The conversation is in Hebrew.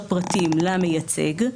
ומי מפקח על זה?